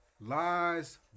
Lies